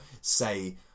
say